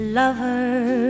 lovers